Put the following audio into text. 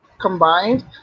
combined